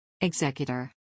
Executor